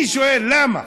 אני שואל: למה?